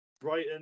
Brighton